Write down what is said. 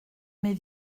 mes